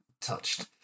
touched